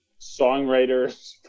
songwriters